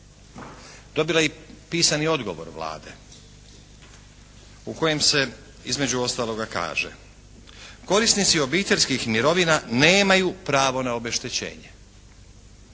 Dobila je i pisani odgovor Vlade u kojem se između ostaloga kaže. Korisnici obiteljskih mirovina nemaju pravo na obeštećenje.